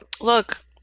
Look